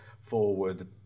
forward